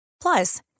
Plus